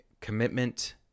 commitment